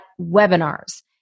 webinars